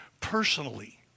personally